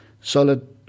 solid